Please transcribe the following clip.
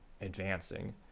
advancing